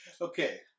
Okay